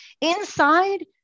inside